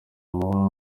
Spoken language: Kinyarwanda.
amahoro